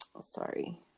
Sorry